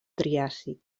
triàsic